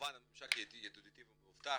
כמובן שהממשק ידידותי ומאובטח.